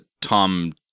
Tom